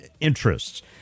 interests